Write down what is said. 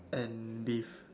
and beef